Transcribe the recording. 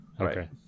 Okay